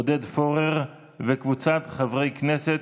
עודד פורר וקבוצת חברי הכנסת.